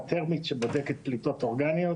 שבודק פליטות אורגניות.